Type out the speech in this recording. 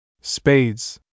Spades